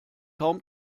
kaum